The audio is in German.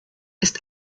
ist